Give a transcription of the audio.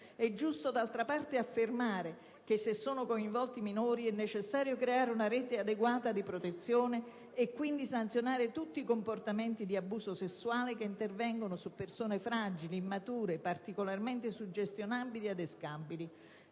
È giusto d'altra parte affermare che, se sono coinvolti minori, è necessario creare una rete adeguata di protezione e quindi sanzionare tutti i comportamenti di abuso sessuale che intervengono su persone fragili, immature, particolarmente suggestionabili e adescabili.